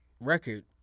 record